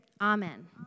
Amen